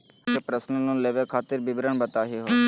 हमनी के personal loan लेवे खातीर विवरण बताही हो?